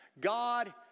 God